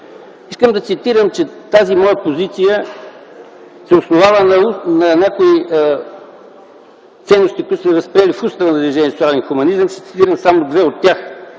Искам да цитирам, че тази моя позиция се основава на някои ценности, които сме възприели в устава на Движението за социален хуманизъм, ще цитирам само две от тях.